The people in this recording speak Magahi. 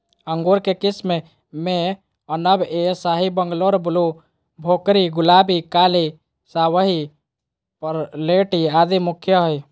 अंगूर के किस्म मे अनब ए शाही, बंगलोर ब्लू, भोकरी, गुलाबी, काली शाहवी, परलेटी आदि मुख्य हई